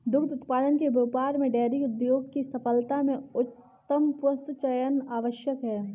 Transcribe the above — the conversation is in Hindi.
दुग्ध उत्पादन के व्यापार में डेयरी उद्योग की सफलता में उत्तम पशुचयन आवश्यक है